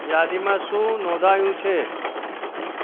યાદીમાં શું નોંધાયું છે